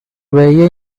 veía